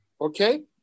Okay